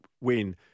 win